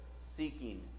seeking